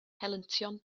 helyntion